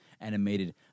animated